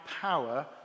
power